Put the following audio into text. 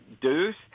Deuce